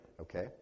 Okay